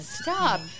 stop